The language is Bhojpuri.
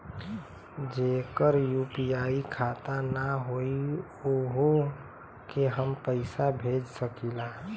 जेकर यू.पी.आई खाता ना होई वोहू के हम पैसा भेज सकीला?